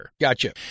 Gotcha